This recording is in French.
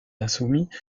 insoumis